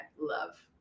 love